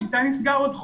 'שיטה' נסגר עוד חודש,